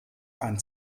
ein